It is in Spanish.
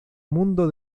mundo